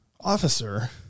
officer